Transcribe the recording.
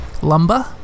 lumber